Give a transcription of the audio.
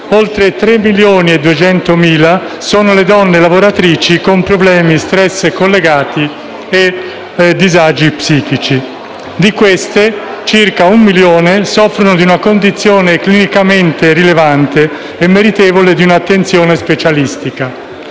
Oltre 3.200.000 sono le donne lavoratrici con problemi *stress*-collegati e disagi psichici. Di queste, circa un milione soffre di una condizione clinicamente rilevante e meritevole di un'attenzione specialistica,